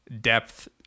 depth